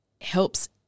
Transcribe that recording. helps